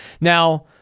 Now